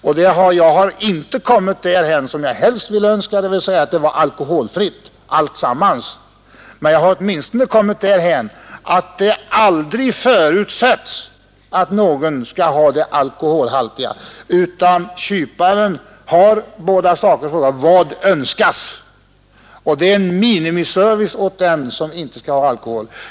Jag har inte kommit därhän jag helst skulle önska — dvs. att allt var alkoholfritt — men jag har åtminstone kommit därhän att det aldrig förutsätts att någon skall ha det alkoholhaltiga, utan kyparen har båda sakerna och frågar: ”Vad önskas?” Det är en minimiservice åt den som inte vill ha alkohol.